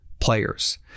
players